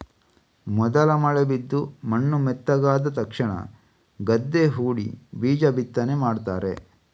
ಮೊದಲ ಮಳೆ ಬಿದ್ದು ಮಣ್ಣು ಮೆತ್ತಗಾದ ತಕ್ಷಣ ಗದ್ದೆ ಹೂಡಿ ಬೀಜ ಬಿತ್ತನೆ ಮಾಡ್ತಾರೆ